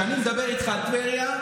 כשאני מדבר איתך על טבריה,